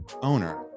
owner